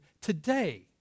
today